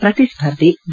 ಶ್ರತಿಸ್ಪರ್ಧಿ B